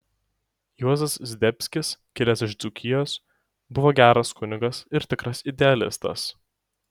juozas zdebskis kilęs iš dzūkijos buvo geras kunigas ir tikras idealistas